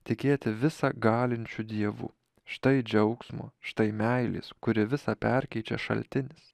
tikėti visa galinčiu dievu štai džiaugsmo štai meilės kuri visa perkeičia šaltinis